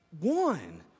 one